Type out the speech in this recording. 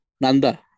Nanda